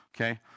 Okay